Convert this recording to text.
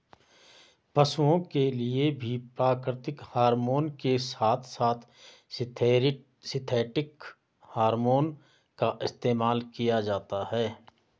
पशुओं के लिए भी प्राकृतिक हॉरमोन के साथ साथ सिंथेटिक हॉरमोन का इस्तेमाल किया जाता है